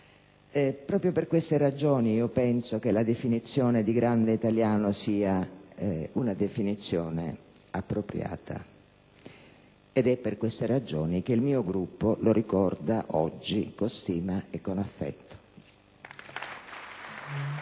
Proprio per queste ragioni io penso che quella di grande italiano sia una definizione appropriata. Ed è per queste ragioni che il mio Gruppo lo ricorda oggi con stima e con affetto.